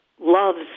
loves